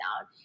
out